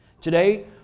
Today